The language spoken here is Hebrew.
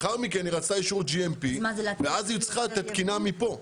לאחר מכן היא רצתה אישור GMP ואז היא צריכה את התקינה מכאן.